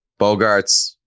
Bogarts